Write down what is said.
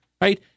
right